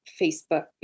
Facebook